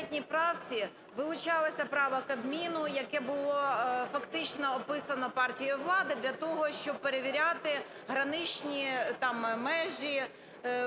Дякую.